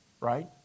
Right